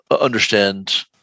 understand